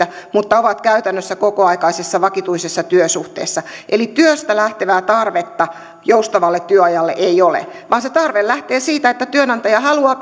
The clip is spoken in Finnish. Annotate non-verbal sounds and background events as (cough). mutta ovat käytännössä kokoaikaisessa vakituisessa työsuhteessa eli työstä lähtevää tarvetta joustavalle työajalle ei ole vaan se tarve lähtee siitä että työnantaja haluaa (unintelligible)